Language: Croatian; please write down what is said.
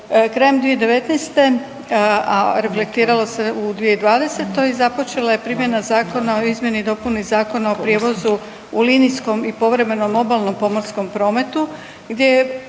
krajem 2019., a reflektiralo se u 2020.-toj započela je primjena Zakona o izmjeni i dopuni Zakona o prijevozu u linijskom i povremenom obalnom pomorskom prometu